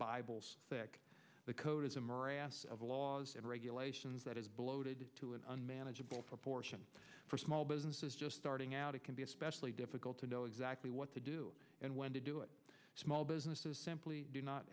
morass of laws and regulations that is bloated to an unmanageable proportion for small businesses just starting out it can be especially difficult to know exactly what to do and when to do it small businesses simply do not